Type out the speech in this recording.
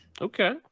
Okay